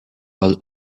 all